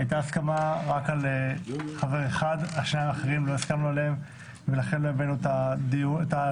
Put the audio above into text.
הייתה הסכמה רק על חבר אחד ולכן לא הבאנו זאת להצבעה.